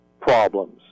problems